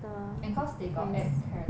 and cause they got add characters